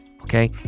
okay